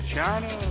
China